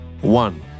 One